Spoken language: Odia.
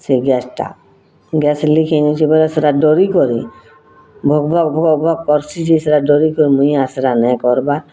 ସେ ଗ୍ୟାସ୍ଟା ଗ୍ୟାସ୍ ଲିକ୍ ହେଇଯାଉଛେ ବେଲେ ସେଟା ଡରି କରି ମୁଁ ଭକ୍ ଭକ୍ କର୍ସି ଯେ ସେଟା ଡରି କରି ମୁଇଁ ଆର୍ ସେଟା ନେଇଁ କର୍ବାର୍